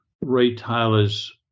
retailers